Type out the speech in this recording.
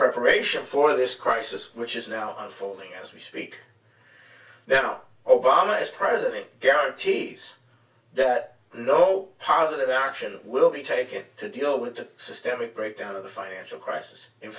preparation for this crisis which is now unfolding as we speak now obama is president guarantees that no positive action will be taken to deal with the systemic breakdown of the financial crisis in